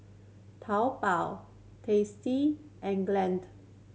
Taobao Tasty and Glade